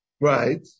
Right